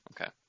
okay